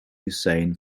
hussein